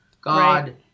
God